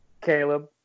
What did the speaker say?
Caleb